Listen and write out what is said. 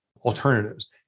alternatives